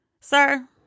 Sir